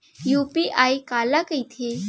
UPI काला कहिथे?